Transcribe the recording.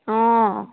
অঁ